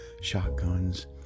shotguns